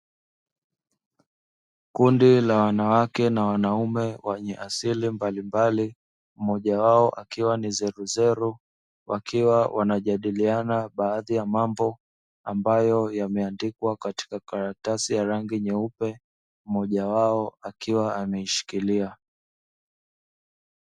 Kundi la wanawake na wanaume wenye asili mbalimbali mmoja wao akiwa ni zeruzeru wakiwa wanajadiliana baadhi ya mambo yakiwa yameandikwa katika karatasi nyeupe, mmoja wao akiwa ameishikilia.